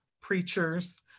preachers